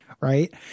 right